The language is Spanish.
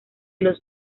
los